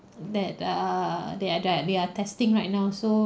that err that are that that are testing right now so